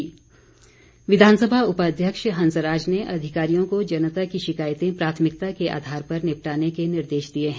हंसराज विधानसभा उपाध्यक्ष हंसराज ने अधिकारियों को जनता की शिकायतें प्राथमिकता के आधार पर निपटाने के निर्देश दिए हैं